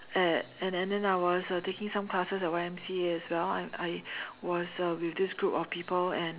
at and then I was uh taking some classes at Y_M_C_A as well and I was uh with this group of people and